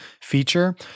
feature